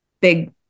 big